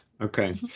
Okay